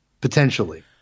Potentially